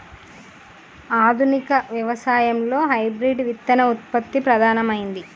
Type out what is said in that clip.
ఆధునిక వ్యవసాయం లో హైబ్రిడ్ విత్తన ఉత్పత్తి ప్రధానమైంది